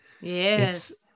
Yes